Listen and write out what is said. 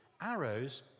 arrows